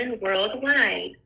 worldwide